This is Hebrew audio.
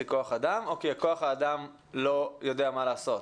כוח אדם או כי כוח האדם לא יודע מה לעשות?